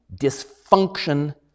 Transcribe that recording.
dysfunction